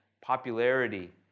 popularity